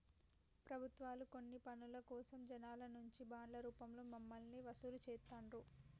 ప్రభుత్వాలు కొన్ని పనుల కోసం జనాల నుంచి బాండ్ల రూపంలో డబ్బుల్ని వసూలు చేత్తండ్రు